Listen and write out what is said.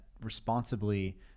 responsibly